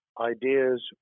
ideas